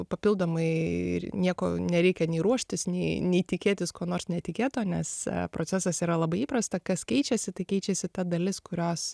papildomai nieko nereikia nei ruoštis nei nei tikėtis ko nors netikėto nes procesas yra labai įprasta kas keičiasi tai keičiasi ta dalis kurios